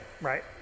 Right